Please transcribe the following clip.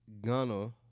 Gunner